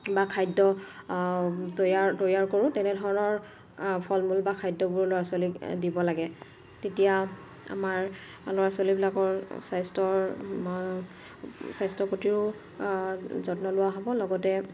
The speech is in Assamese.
বা খাদ্য তৈয়াৰ তৈয়াৰ কৰোঁ তেনেধৰণৰ ফল মূল বা খাদ্যবোৰ ল'ৰা ছোৱালীক দিব লাগে তেতিয়া আমাৰ ল'ৰা ছোৱালীবিলাকৰ স্বাস্থ্যৰ স্বাস্থ্য প্ৰতিও যত্ন লোৱা হ'ব লগতে